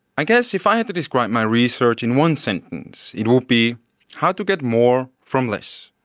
i guess if i had to describe my research in one sentence it would be how to get more from less.